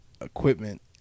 equipment